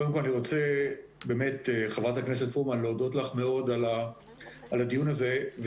קודם כל אני רוצה באמת חה"כ פרומן להודות לך מאוד על הדיון הזה.